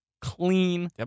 clean